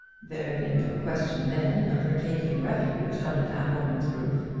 there had been no question then of her taking refuge under that woman's roof.